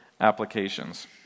applications